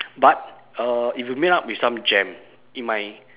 but uh if you meet up with some jam it might